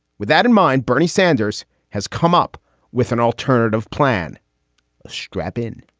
with that in mind, bernie sanders has come up with an alternative plan scrap in.